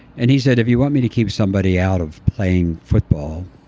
and he said, if you want me to keep somebody out of playing football,